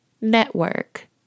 network